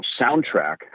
soundtrack